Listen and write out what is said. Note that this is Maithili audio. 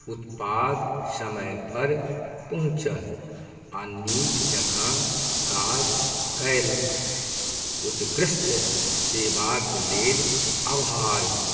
उत्पाद समयपर पहुँचल आओर नीक जकाँ काज कयलक उत्कृष्ट सेवाक लेल आभार